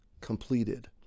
completed